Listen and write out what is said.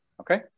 Okay